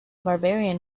barbarian